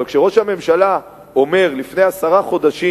אבל כשראש הממשלה אומר לפני עשרה חודשים